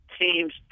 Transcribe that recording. teams